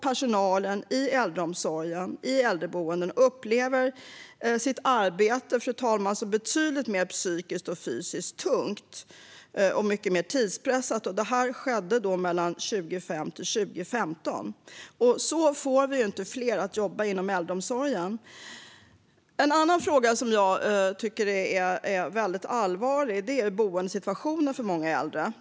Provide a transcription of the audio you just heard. Personalen i äldreomsorgen och på äldreboenden upplever sitt arbete som betydligt mer psykiskt och fysiskt tungt och mycket mer tidspressat, något som alltså skett mellan 2005 och 2015. På det sättet får vi inte fler att jobba inom äldreomsorgen. En annan fråga som jag tycker är väldigt allvarlig är boendesituationen för många äldre.